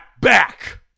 back